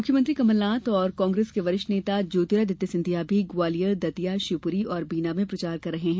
मुख्यमंत्री कमलनाथ और कांग्रेस के वरिष्ठ नेता ज्योतिरादित्य सिंधिया भी ग्वालियर दतिया शिवपुरी और बीना में प्रचार कर रहे हैं